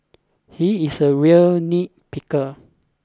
he is a real nitpicker